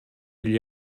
gli